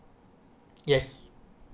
yes